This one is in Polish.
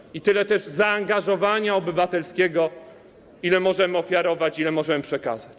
I też tyle zaangażowania obywatelskiego, ile możemy ofiarować, ile możemy przekazać.